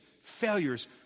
failures